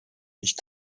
ich